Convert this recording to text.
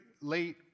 late